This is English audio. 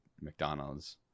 McDonald's